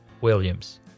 Williams